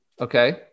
Okay